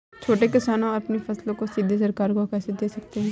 छोटे किसान अपनी फसल को सीधे सरकार को कैसे दे सकते हैं?